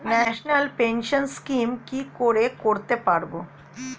National pension scheme কি করে করতে পারব?